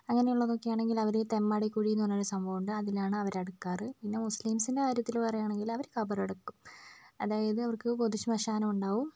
അങ്ങനെയുള്ളതൊക്കെയാണെങ്കിൽ അവർ ഈ തെമ്മാടിക്കുഴി എന്ന് പറഞ്ഞൊരു സംഭവം ഉണ്ട് അതിലാണ് അവർ അടക്കാറ് പിന്നെ മുസ്ലീംസിൻ്റെ കാര്യത്തിൽ പറയുവാണെങ്കിൽ അവർ ഖബറടക്കും അതായത് അവർക്ക് പൊതുശ്മശാനം ഉണ്ടാവും